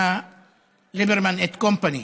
מליברמן את קומפני,